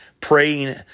praying